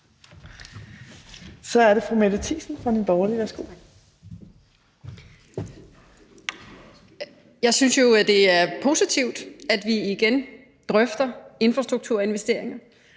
(Ordfører) Mette Thiesen (NB): Jeg synes jo, at det er positivt, at vi igen drøfter infrastrukturinvesteringer.